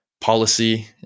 policy